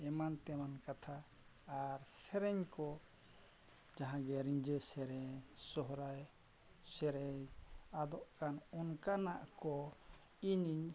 ᱮᱢᱟᱱ ᱛᱮᱢᱟᱱ ᱠᱟᱛᱷᱟ ᱟᱨ ᱥᱮᱨᱮᱧ ᱠᱚ ᱡᱟᱦᱟᱸ ᱜᱮ ᱨᱤᱡᱷᱟᱹ ᱥᱮᱨᱮᱧ ᱥᱚᱦᱨᱟᱭ ᱥᱮᱨᱮᱧ ᱟᱫᱚᱜ ᱠᱟᱱ ᱚᱱᱠᱟᱱᱟᱜ ᱠᱚ ᱤᱧᱤᱧ